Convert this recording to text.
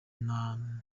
nta